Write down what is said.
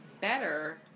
better